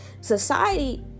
Society